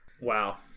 Wow